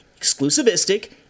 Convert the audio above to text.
exclusivistic